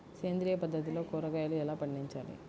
సేంద్రియ పద్ధతిలో కూరగాయలు ఎలా పండించాలి?